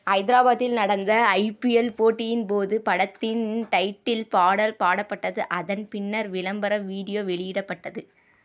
ஹைதராபாத்தில் நடந்த ஐபிஎல் போட்டியின் போது படத்தின் டைட்டில் பாடல் பாடப்பட்டது அதன் பின்னர் விளம்பர வீடியோ வெளியிடப்பட்டது